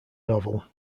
novel